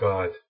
God